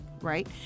right